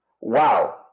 Wow